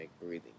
breathing